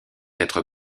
être